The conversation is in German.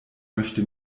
möchte